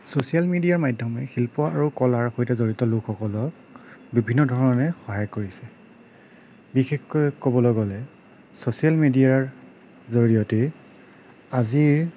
social media মাধ্যমেই শিল্প আৰু কলাৰ সৈতে জড়িত লোকসকলক বিভিন্ন ধৰণে সহায় কৰিছে বিশেষকৈ ক'বলৈ গ'লে চ'ছিয়েল মিডিয়াৰ জৰিয়তেই আজিৰ